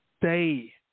stay